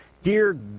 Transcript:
Dear